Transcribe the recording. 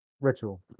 ritual